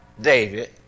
David